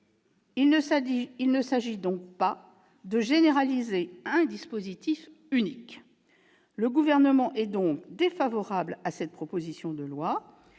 Il ne s'agit donc pas de généraliser un dispositif unique. Le Gouvernement est donc défavorable à cette proposition de loi